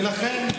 ולכן,